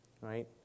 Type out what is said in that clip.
right